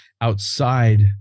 outside